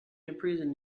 imprison